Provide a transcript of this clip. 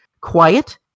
quiet